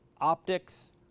optics